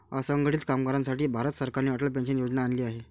असंघटित कामगारांसाठी भारत सरकारने अटल पेन्शन योजना आणली आहे